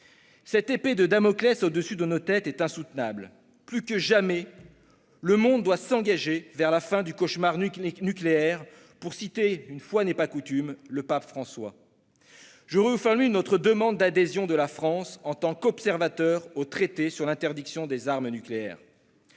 Cette épée de Damoclès suspendue au-dessus de nos têtes est insoutenable. Plus que jamais, le monde doit s'engager vers la fin du « cauchemar nucléaire », pour citer- une fois n'est pas coutume -le pape François. Je formule de nouveau notre demande que la France adhère, en tant qu'observateur, au traité sur l'interdiction des armes nucléaires.